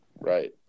Right